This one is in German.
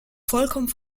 vollkommen